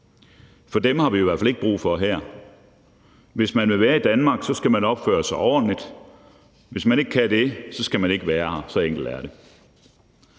for dem har vi i hvert fald ikke brug for her. Hvis man vil være i Danmark, skal man opføre sig ordentligt, og hvis ikke man kan det, skal man ikke være her. Så enkelt er det.